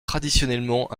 traditionnellement